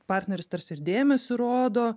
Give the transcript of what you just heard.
partneris tarsi ir dėmesį rodo